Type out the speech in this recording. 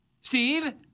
Steve